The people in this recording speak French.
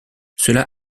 cela